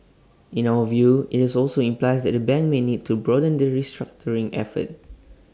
in our view IT also implies that the bank may need to broaden the restructuring effort